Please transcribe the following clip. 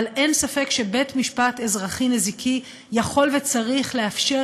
אבל אין ספק שבית-משפט אזרחי נזיקי יכול וצריך לאפשר